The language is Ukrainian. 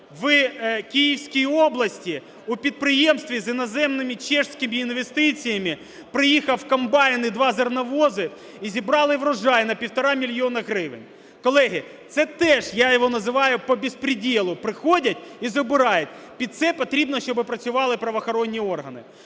в Київській області у підприємстві з іноземними чеськими інвестиціями приїхав комбайн і 2 зерновози і зібрали врожай на півтора мільйона гривень. Колеги, це теж я його називаю "по беспределу приходять і забирають". Під це потрібно, щоб працювали правоохоронні органи.